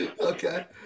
Okay